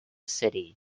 city